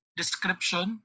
description